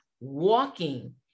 walking